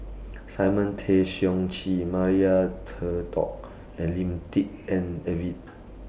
Simon Tay Seong Chee Maria and Lim Tik En